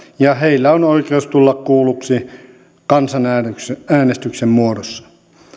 ja heillä on oikeus tulla kuulluksi kansanäänestyksen muodossa